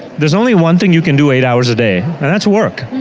there's only one thing you can do eight hours a day and that's work.